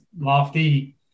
Lofty